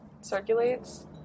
circulates